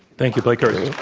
thank you, blake hurst.